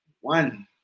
one